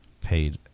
paid